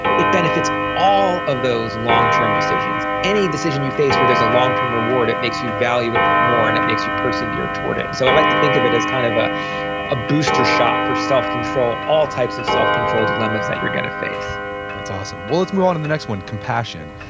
it benefits all of those longterm decisions. any decision you face where there's a longterm reward it makes you value it more and it makes you persevere toward it. so i like to think of it as kind of ah a booster shot for self-control, all types of self-control dilemmas that you're going to face that's awesome. well, let's move on to and the next one, compassion.